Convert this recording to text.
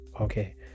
Okay